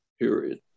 period